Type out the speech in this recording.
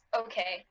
okay